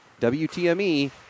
WTME